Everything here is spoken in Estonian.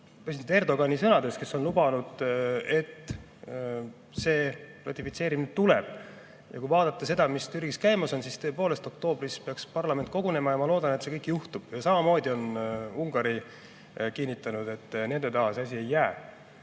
president Erdoğani sõnades. Ta on lubanud, et see ratifitseerimine tuleb. Ja kui vaadata seda, mis Türgis käimas on, siis tõepoolest, oktoobris peaks parlament kogunema ja ma loodan, et see kõik juhtub. Samamoodi on Ungari kinnitanud, et nende taha see asi ei jää.